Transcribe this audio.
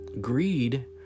Greed